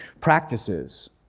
practices